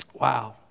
wow